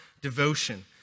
devotion